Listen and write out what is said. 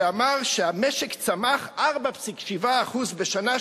שאמר שהמשק צמח 4.7% בשנה,